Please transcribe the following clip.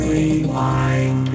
Rewind